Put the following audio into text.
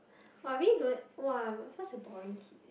[wah] I really don't [wah] I'm such a boring kid